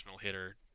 hitter